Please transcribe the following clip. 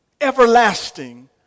everlasting